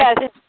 Yes